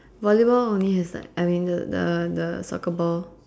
volleyball only has like I mean the the soccer ball